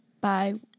Bye